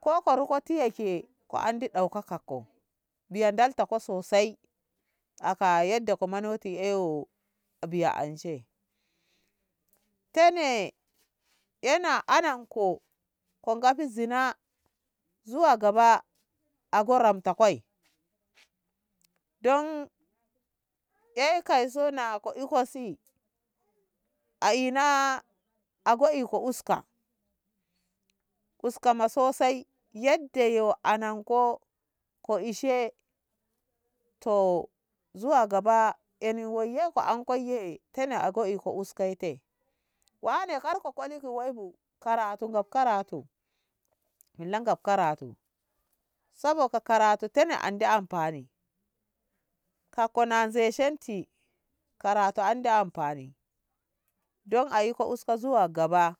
ko farko tiya ke ko andi daukaka ko biya ndalta ko sosai afa yadda ka monoti eyo a biya anshe tene ena ananko ko gaf zina zuwa gaba a goramta kai don e ke ka zo na ko eko si a ina go iko uska uska ma sosai yadda yo anan ko ko eshe to zuwa gaba eni wayyeka an koi ye ta go iko uskai te wane kar ka kollu wai bu karatu ngab karatu milla ngab karatu sabo ga karatu ne andi anfani ka kona zei shenti karatu andi anfani don a yiko usku zuwa gaba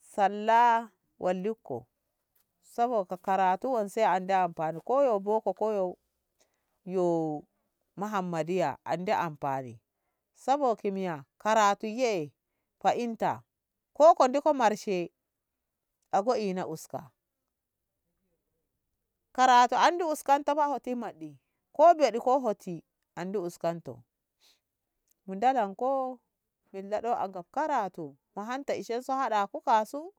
salla walluko sawa ga karatu wanse andi anfani ko yo boko ko yo muhammadiya andi anfani sawa ki miya atu yee eh fahinta ko ko nduku marshe a go ina uska karatu andi uskan fa hotin maɗɗi ko beɗi ko hoti andi uskanto mi ndalanko milla ɗo ngab karatu a hanta ishen su haɗa ku kasu